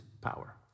power